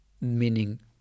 meaning